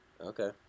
Okay